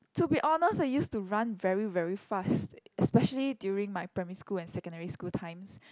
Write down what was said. to be honest I used to run very very fast especially during my primary school and secondary school times